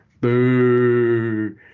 boo